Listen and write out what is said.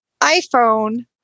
iPhone